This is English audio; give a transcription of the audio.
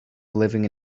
living